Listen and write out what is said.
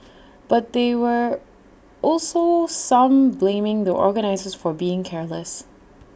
but they were also some blaming the organisers for being careless